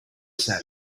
set